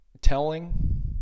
telling